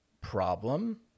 problem